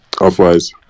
Otherwise